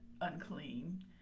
unclean